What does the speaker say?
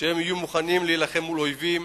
שיהיה מוכן להילחם מול אויבים,